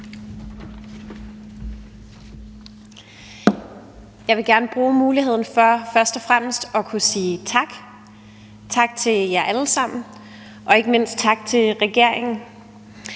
Jeg vil gerne bruge muligheden for først og fremmest at kunne sige tak – tak til jer alle sammen, og ikke mindst tak til regeringen